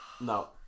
No